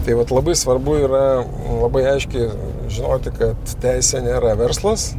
tai vat labai svarbu yra labai aiškiai žinoti kad teisė nėra verslas